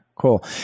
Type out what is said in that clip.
cool